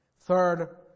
Third